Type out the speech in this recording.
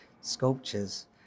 sculptures